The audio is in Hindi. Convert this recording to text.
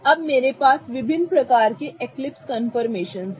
अब मेरे पास विभिन्न प्रकार के एक्लिप्स कंफर्मेशनस हैं